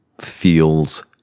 feels